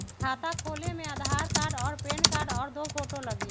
खाता खोले में आधार कार्ड और पेन कार्ड और दो फोटो लगहई?